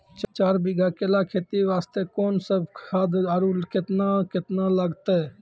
चार बीघा केला खेती वास्ते कोंन सब खाद आरु केतना केतना लगतै?